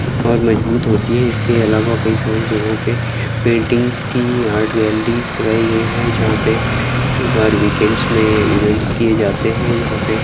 اور مضبوط ہوتی ہے اس کے علاوہ کئی ساری جگہوں پہ پینٹنگس کی آرٹ گیلریز لگائی گئی ہیں جہاں پہ کئی بار ویک اینڈس میں ایونٹس کیے جاتے ہیں یہاں پہ